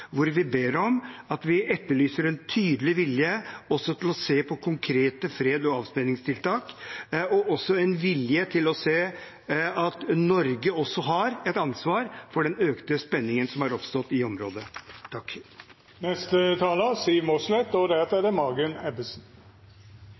hvor vi ber om og etterlyser en tydelig vilje til også å se på konkrete freds- og avspenningstiltak, og en vilje til å se at Norge også har et ansvar for den økte spenningen som er oppstått i området.